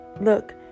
look